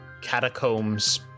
catacombs